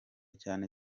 cyane